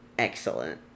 Excellent